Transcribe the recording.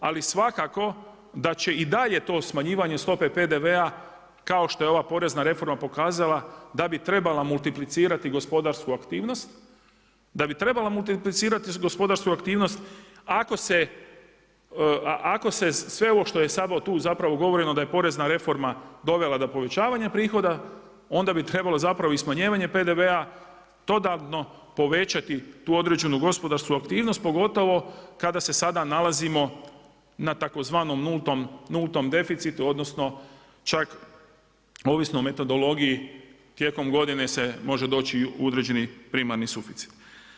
Ali svakako da će i dalje to smanjivanje stope PDV-a kao što je ova porezna reforma pokazala da bi trebala multiplicirati gospodarsku aktivnost, da bi trebala multiplicirati gospodarsku aktivnost ako se sve ovo što je sada tu zapravo govorimo da je porezna reforma dovela do povećavanja prihoda onda bi trebalo i smanjivanje PDV-a dodatno povećati tu određenu gospodarsku aktivnost pogotovo kada se sada nalazimo na tzv. nultom deficitu odnosno čak ovisno o metodologiji tijekom godine se može doći u primarni suficit.